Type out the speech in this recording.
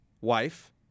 Wife